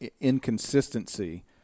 inconsistency